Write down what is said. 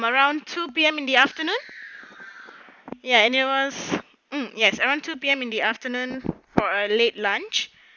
around two P_M in the afternoon ya there was mm yes around two P_M in the afternoon for a late lunch